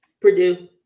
Purdue